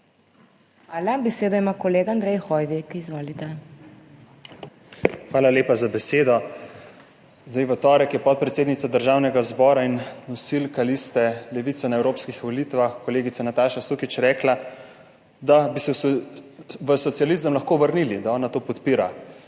HOT:** Besedo ima kolega Andrej Hoivik, izvolite. **ANDREJ HOIVIK (PS SDS):** Hvala lepa za besedo. Zdaj v torek je podpredsednica Državnega zbora in nosilka liste Levica na evropskih volitvah kolegica Nataša Sukič rekla, da bi se v socializem lahko vrnili, da ona to podpira.